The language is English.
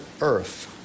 earth